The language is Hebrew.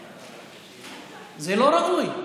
זה לא ראוי.